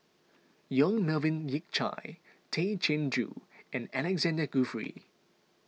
Yong Melvin Yik Chye Tay Chin Joo and Alexander Guthrie